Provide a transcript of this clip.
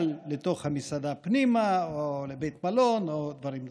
לתוך המסעדה פנימה או לבית מלון או דברים נוספים.